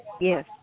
Yes